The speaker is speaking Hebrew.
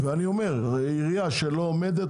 הרי עירייה שלא עומדת,